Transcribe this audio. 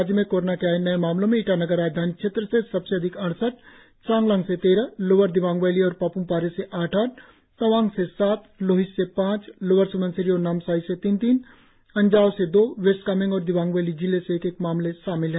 राज्य में कोरोना के आए नए मामलो में ईटानगर राजधानी क्षेत्र से सबसे अधिक अड़सठ चांगलांग से तेरह लोअर दिबांग वैली और पाप्मपारे से आठ आठ तवांग से सात लोहित से पांच लोअर स्बनसिरी और नामसाई से तीन तीन अंजाव से दो वेस्ट कामेंग और दिबांग वैली जिले से एक एक मामले शामिल है